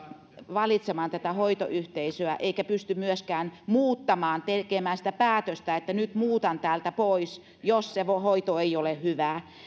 valitsemaan tätä hoitoyhteisöä eikä pysty myöskään muuttamaan tekemään sitä päätöstä että nyt muutan täältä pois jos se hoito ei ole hyvää